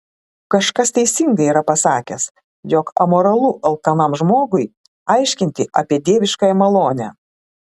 kažkas teisingai yra pasakęs jog amoralu alkanam žmogui aiškinti apie dieviškąją malonę